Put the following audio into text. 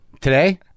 Today